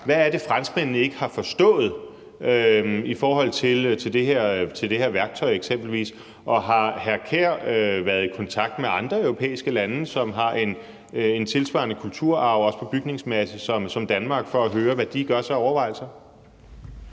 Hvad er det, franskmændene ikke har forstået i forhold til eksempelvis det her værktøj? Og har hr. Kasper Sand Kjær været i kontakt med andre europæiske lande, som har en tilsvarende bygningskulturarv som Danmark, for at høre, hvad de gør sig af overvejelser?